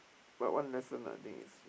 my one lesson I think is